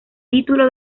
título